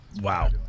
wow